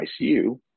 ICU